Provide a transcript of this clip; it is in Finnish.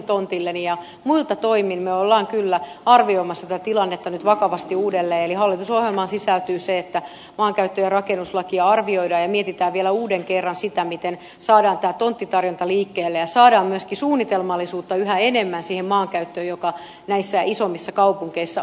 muilta toimin me olemme kyllä arvioimassa tätä tilannetta nyt vakavasti uudelleen eli hallitusohjelmaan sisältyy se että maankäyttö ja rakennuslakia arvioidaan ja mietitään vielä uuden kerran sitä miten saadaan tämä tonttitarjonta liikkeelle ja saadaan myöskin suunnitelmallisuutta yhä enemmän siihen maankäyttöön jota näissä isommissa kaupungeissa on